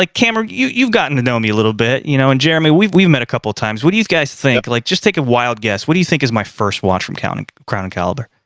like cameron, you've gotten to know me a little bit, you know, and jeremy we've we've met a couple times. what do you guys think, like just take a wild guess, what do you think is my first watch from crown and crown and caliber?